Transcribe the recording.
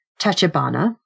Tachibana